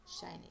shiny